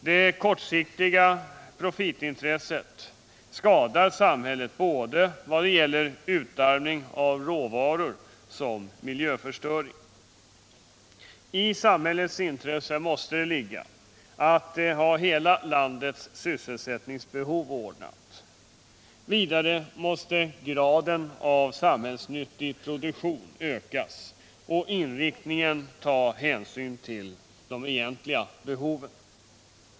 Det kortsiktiga profitintresset skadar samhället vad det gäller såväl utarmning av råvaror som miljöförstöring. I samhällets intresse måste ligga att ha hela landets sysselsättningsbehov tillgodosett. Vidare måste graden av samhällsnyttig produktion ökas och inriktningen ta hänsyn till de egentliga behoven.